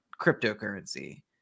cryptocurrency